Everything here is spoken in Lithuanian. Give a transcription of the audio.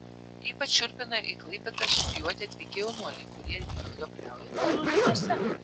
ypač šiurpina į klaipėdą studijuoti atvykę jaunuoliai kurie girtuokliauja paplūdimiuose